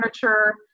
furniture